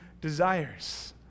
desires